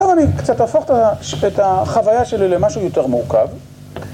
טוב, אני קצת אהפוך את החוויה שלי למשהו יותר מורכב.